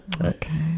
okay